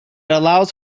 allows